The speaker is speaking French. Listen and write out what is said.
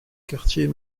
quartier